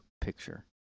picture